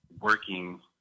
working